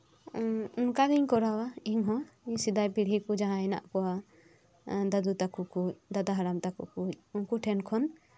ᱚᱱᱠᱟ ᱜᱤᱧ ᱠᱚᱨᱟᱣᱟ ᱤᱧ ᱦᱚᱸ ᱥᱮᱫᱟᱭ ᱯᱤᱲᱦᱤ ᱠᱚ ᱡᱟᱦᱟᱸᱭ ᱦᱮᱱᱟᱜ ᱠᱚᱣᱟ ᱫᱟᱹᱫᱩ ᱛᱟᱠᱚ ᱠᱚ ᱫᱟᱫᱟ ᱦᱟᱲᱟᱢ ᱛᱟᱠᱚ ᱠᱚ ᱩᱱᱠᱩ ᱴᱷᱮᱱ ᱠᱷᱚᱱ